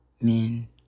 men